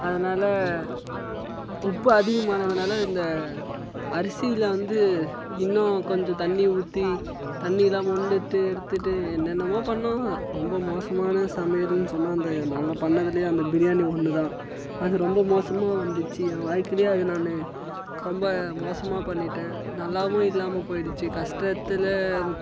அதனால் உப்பு அதிகமானதனால இந்த அரிசியில வந்து இன்னும் கொஞ்சம் தண்ணி ஊற்றி தண்ணியெலாம் மொண்டுட்டு எடுத்துட்டு என்னென்னமோ பண்ணோம் ரொம்ப மோசமான சமையல்னு சொன்னால் அந்த நாங்கள் பண்ணதிலே அந்த பிரியாணி ஒன்று தான் அது ரொம்ப மோசமாக வந்துச்சு என் வாழ்க்கையிலே அது நான் ரொம்ப மோசமாக பண்ணிட்டேன் நல்லாவும் இல்லாமல் போயிடுச்சு கஸ்டத்தில்